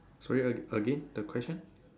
sorry a~ again the question